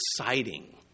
exciting